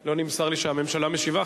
לא נמסר לי שהממשלה משיבה.